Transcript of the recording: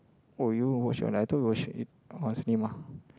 oh you watch I thought you watch it on cinema